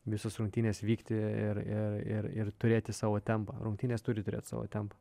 visos rungtynės vykti ir ir ir ir turėti savo tempą rungtynės turi turėti savo tempą